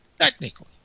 technically